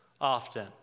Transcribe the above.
often